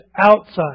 outside